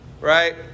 Right